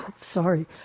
Sorry